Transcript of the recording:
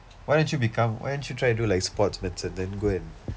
why don't you become why don't you try do like sports medicine then go and